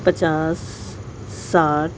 پچاس ساٹھ